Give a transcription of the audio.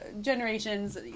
Generations